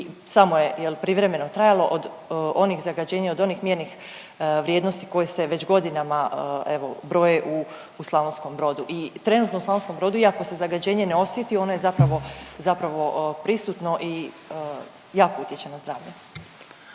je li, privremeno trajalo od onih zagađenja i od onih mjernih vrijednosti koje se već godinama evo, broje u Slavonskom Brodu i trenutno u Sl. Brodu iako se zagađenje ne osjeti, ono je zapravo prisutno i jako utječe na zdravlje.